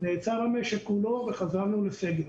נעצר המשק כולו וחזרנו לסגר.